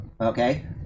okay